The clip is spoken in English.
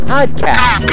Podcast